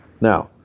Now